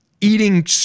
eating